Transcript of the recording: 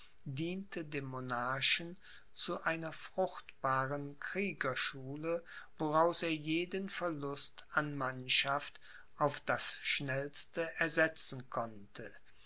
diente dem monarchen zu einer fruchtbaren kriegerschule woraus er jeden verlust an mannschaft auf das schnellste ersetzen konnte